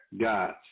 gods